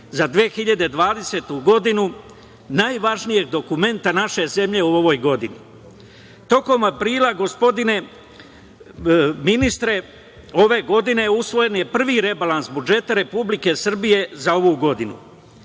za 2020. godinu najvažnijeg dokumenta naše zemlje u ovoj godini. Tokom aprila gospodine ministre, ove godine je usvojen prvi rebalans budžeta Republike Srbije za ovu godinu.